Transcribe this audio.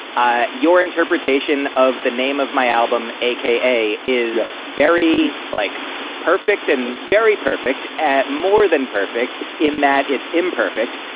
ah your interpretation of the name of my album, a k a. is very like perfect and very perfect. add more than perfect in that it's imperfect,